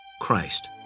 Christ